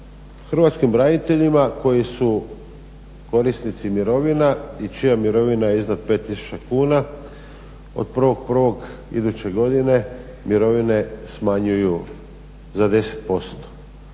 hrvatskim braniteljima koji su korisnici mirovina i čija mirovina je iznad 5000 kuna od 1.01. iduće godine mirovine smanjuju za 10%.